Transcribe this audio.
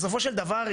בסופו של דבר,